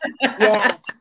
Yes